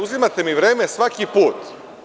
Uzimate mi vreme svaki put.